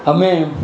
અમે